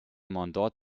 mandats